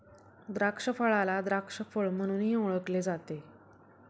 द्राक्षफळाला द्राक्ष फळ म्हणूनही ओळखले जाते